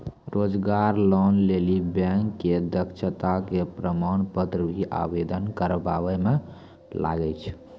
रोजगार लोन लेली बैंक मे दक्षता के प्रमाण पत्र भी आवेदन करबाबै मे लागै छै?